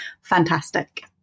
fantastic